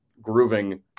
grooving